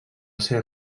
ser